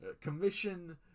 commission